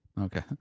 Okay